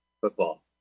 football